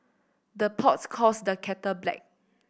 the pot calls the kettle black